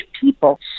people